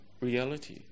reality